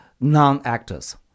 non-actors